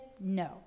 no